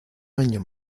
año